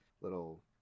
little